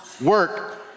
work